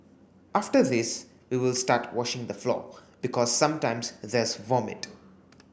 after this we will start washing the floor because sometimes there's vomit